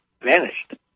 vanished